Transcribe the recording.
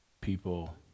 People